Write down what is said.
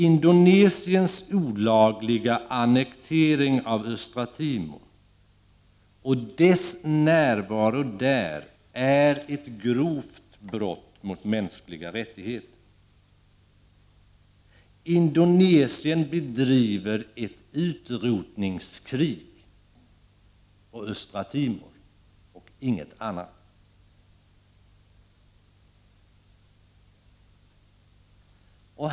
Indonesiens olagliga annektering av Östra Timor och dess närvaro där är ett grovt brott mot mänskliga rättigheter. Indonesien bedriver ett utrotningskrig på Östra Timor och ingenting annat.